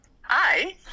Hi